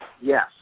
Yes